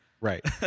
right